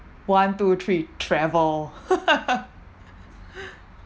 one two three travel